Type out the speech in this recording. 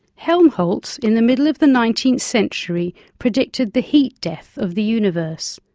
helmholtz in the middle of the nineteenth century predicted the heat death of the universe,